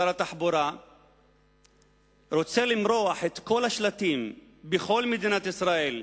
שר התחבורה רוצה למרוח את כל השלטים בכל מדינת ישראל,